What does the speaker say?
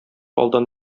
алдан